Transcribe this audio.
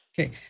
Okay